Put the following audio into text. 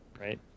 right